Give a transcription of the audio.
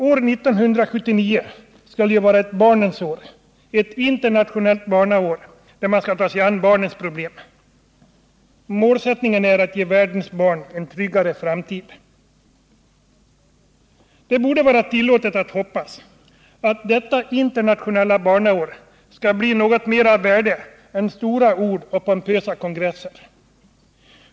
År 1979 skall ju vara ett barnens år, ett internationellt barnår då man skall ta sig an barnens problem. Målsättningen är att ge världens barn en tryggare framtid. Det borde vara tillåtet att noppas att detta internationella barnår skall bli något mera och värdefullare än vad som åstadkoms med stora ord och pompösa kongresser.